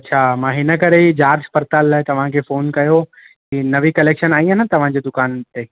अच्छा मां हिन ई करे जांच पड़ताल लाइ तव्हांखे फ़ोन कयो की नवी कलेक्शन आईं आहे न तव्हांजे दुकान ते